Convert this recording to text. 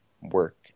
work